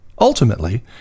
Ultimately